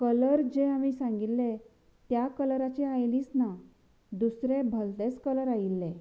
colour जे हांवेन सांगिल्ले त्या कलराचीं आयलींच ना दुसरे भलतेच कलर आयिल्ले